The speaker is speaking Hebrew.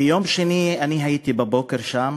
ביום שני בבוקר אני הייתי שם,